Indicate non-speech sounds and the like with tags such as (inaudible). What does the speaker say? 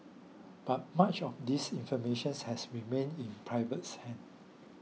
but much of this informations has remain in (unintelligible) hands